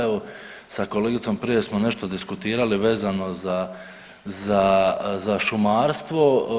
Evo sa kolegicom prije smo nešto diskutirali vezano za šumarstvo.